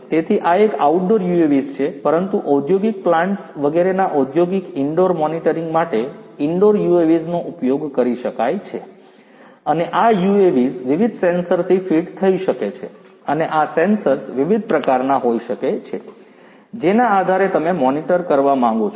તેથી આ એક આઉટડોર યુએવી છે પરંતુ ઔંદ્યોગિક પ્લાન્ટ્સ વગેરેના ઔંદ્યોગિક ઇન્ડોર મોનિટરિંગ માટે ઇન્ડોર UAVs નો ઉપયોગ કરી શકાય છે અને આ UAVs વિવિધ સેન્સરથી ફીટ થઈ શકે છે અને આ સેન્સર્સ વિવિધ પ્રકારનાં હોઈ શકે છે જેના આધારે તમે મોનિટર કરવા માંગો છો